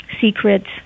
secrets